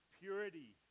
purity